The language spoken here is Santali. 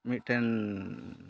ᱢᱤᱫᱴᱮᱱᱻ